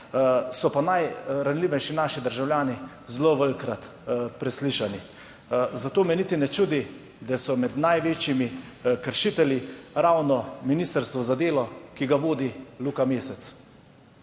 so pa naši najranljivejši državljani zelo velikokrat preslišani. Zato me niti ne čudi, da je med največjimi kršitelji ravno Ministrstvo za delo, ki ga vodi Luka Mesec.